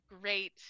great